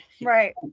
Right